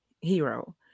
hero